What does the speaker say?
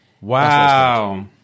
Wow